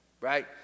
right